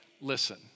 listen